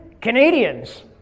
Canadians